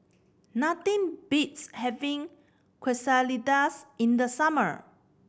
nothing beats having Quesadillas in the summer